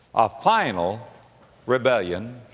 a final rebellion.